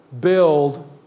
build